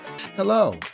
Hello